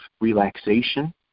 relaxation